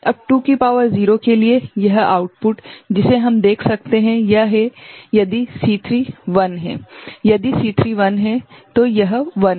अब 2 की शक्ति 0 के लिए यह आउटपुट जिसे हम देख सकते हैं यह है यदि C3 1 है यदि C3 1 है तो यह 1है